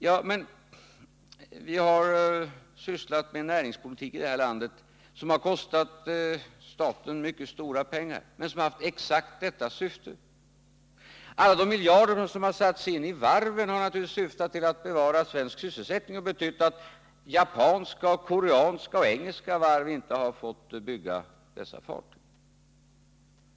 Ja, men vi har sysslat med näringspolitik i det här landet som kostat staten mycket stora pengar men som haft exakt detta syfte. Alla de miljarder som satts in i varven har naturligtvis syftat till att bevara svensk sysselsättning och betytt att japanska och koreanska och engelska varv inte har fått bygga dessa fartyg.